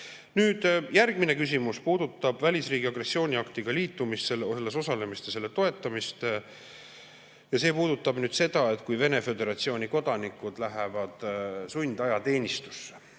Nüüd, järgmine küsimus puudutab välisriigi agressiooniaktiga liitumist, selles osalemist ja selle toetamist. See puudutab ka [juhtumit], kui Vene Föderatsiooni kodanikud lähevad sundajateenistusse.